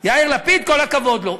יאיר לפיד, כל הכבוד לו.